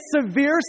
severe